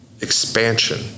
expansion